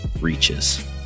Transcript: reaches